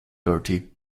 bertie